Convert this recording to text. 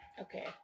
Okay